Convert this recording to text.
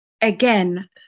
again